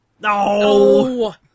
No